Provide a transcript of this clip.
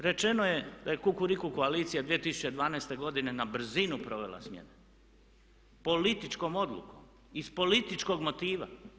Rečeno je da je Kukuriku koalicija 2012. godine na brzinu provela smjene, političkom odlukom iz političkog motiva.